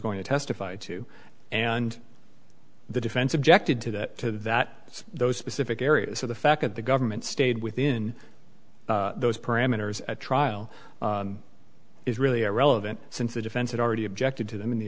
going to testify to and the defense objected to that to that those specific areas so the fact that the government stayed within those parameters at trial is really irrelevant since the defense had already objected to them in the